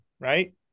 right